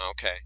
Okay